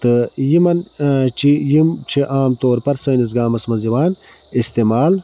تہٕ یِمَن یِم چھِ عام طور پَر سٲنِس گامَس مَنٛز یِوان اِستعمال